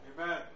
Amen